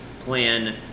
plan